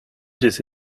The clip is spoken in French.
des